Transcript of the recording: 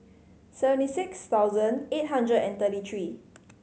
seventy six thousand eight hundred and thirty three